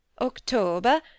October